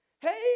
Hey